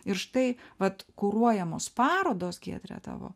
ir štai vat kuruojamos parodos giedre tavo